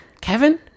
kevin